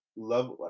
Love